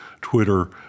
Twitter